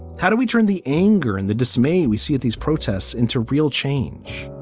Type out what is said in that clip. how do we turn the anger and the dismay we see at these protests into real change?